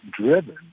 driven